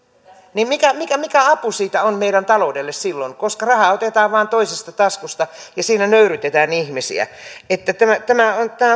niin mikä apu siitä on meidän taloudellemme koska rahaa otetaan vain toisesta taskusta ja siinä nöyryytetään ihmisiä tämä suunta mihin meillä mennään on